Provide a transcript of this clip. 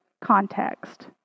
context